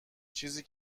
چیزی